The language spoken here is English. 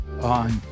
on